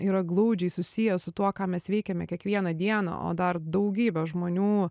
yra glaudžiai susiję su tuo ką mes veikiame kiekvieną dieną o dar daugybė žmonių